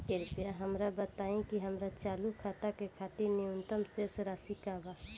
कृपया हमरा बताइ कि हमार चालू खाता के खातिर न्यूनतम शेष राशि का बा